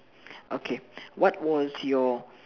okay what was your